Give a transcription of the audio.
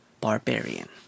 barbarian